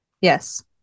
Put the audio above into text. yes